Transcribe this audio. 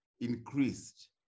increased